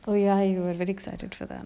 oh ya you are very excited for that